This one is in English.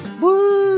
Woo